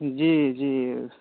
جی جی